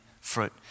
fruit